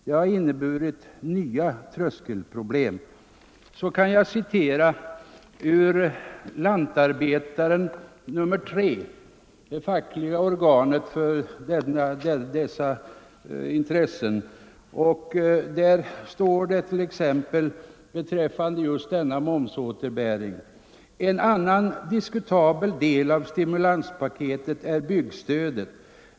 Det har inneburit nya tröskelproblem. Sedan kan jag citera ur nr 3 i år av tidningen Lantarbetaren — lantarbetarnas fackliga organ. Där står det beträffande just denna momsåterbäring: ”En annan diskutabel del av stimulanspaketet är byggstödet.